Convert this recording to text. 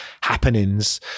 happenings